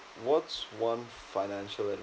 what's one financial advice